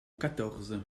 quatorze